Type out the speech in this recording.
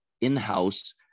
in-house